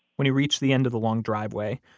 when he reached the end of the long driveway,